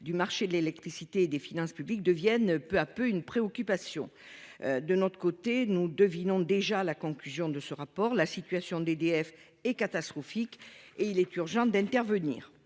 du marché de l'électricité et des finances publiques devienne peu à peu une préoccupation. De notre côté, nous devinons déjà la conclusion de ce rapport : la situation d'EDF est catastrophique et il est urgent d'intervenir.